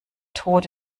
tot